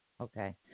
Okay